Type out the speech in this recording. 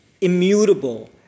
immutable